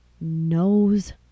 knows